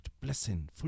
Blessing